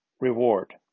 reward